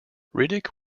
riddick